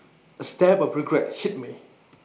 A stab of regret hit me